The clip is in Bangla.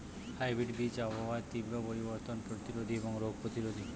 হাইব্রিড বীজ আবহাওয়ার তীব্র পরিবর্তন প্রতিরোধী এবং রোগ প্রতিরোধী